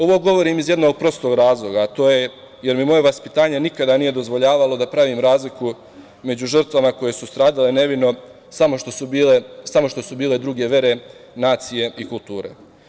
Ovo govorim iz jednog prostog razloga, a to je, jer mi moje vaspitanje nikada nije dozvoljavalo da pravim razliku među žrtvama koje su nevino stradale samo što su bile druge vere, nacije i kulture.